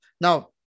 now